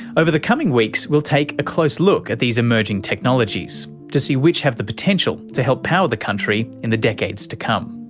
over the coming weeks we'll take a close look at these emerging technologies to see which have the potential to help power the country in the decades to come.